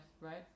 right